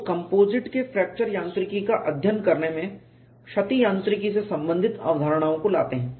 लोग कंपोजिट के फ्रैक्चर यांत्रिकी का अध्ययन करने में क्षति यांत्रिकी से संबंधित अवधारणाओं को लाते हैं